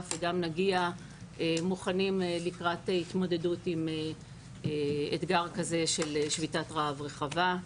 וגם נגיע מוכנים לקראת התמודדות עם אתגר כזה של שביתת רעב רחבה.